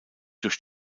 durch